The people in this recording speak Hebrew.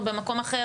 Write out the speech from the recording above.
או במקום אחר,